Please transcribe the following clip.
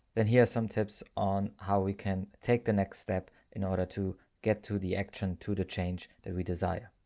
then here are some tips on how we can take the next step in order to get to the action to the change that we desire.